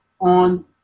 on